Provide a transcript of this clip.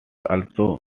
also